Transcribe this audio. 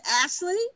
Ashley